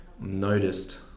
noticed